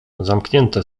zamknięte